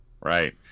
Right